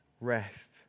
rest